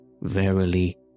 Verily